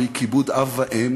והיא כיבוד אב ואם